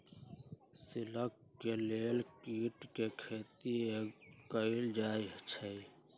silk के लेल कीट के खेती कएल जाई छई